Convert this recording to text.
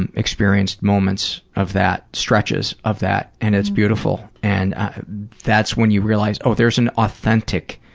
and experienced moments of that, stretches of that, and it's beautiful. and that's when you realize, oh, there's an authentic,